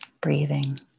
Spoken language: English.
breathing